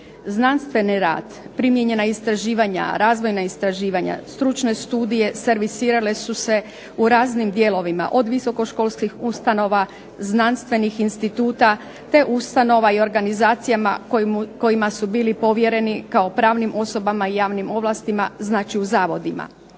Znanstveni rad, primijenjena istraživanja, razvojna istraživanja, stručne studije, servisirale su se u raznim dijelovima od visokoškolskih ustanova, znanstvenih instituta, te ustanovama i organizacijama kojima su bili povjereni kao pravnim osobama javnim ovlastima znači u zavodima.